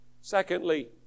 Secondly